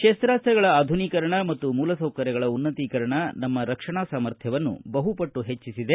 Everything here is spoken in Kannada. ಶಸ್ತ್ರಾಸ್ತ್ರಗಳ ಆಧುನೀಕರಣ ಮತ್ತು ಮೂಲಸೌಕರ್ಯಗಳ ಉನ್ನತೀಕರಣ ನಮ್ಮ ರಕ್ಷಣಾ ಸಾಮರ್ಥ್ಯವನ್ನು ಬಹುಪಟ್ಟು ಹೆಚ್ಚಿಸಿದೆ